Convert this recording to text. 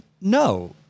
no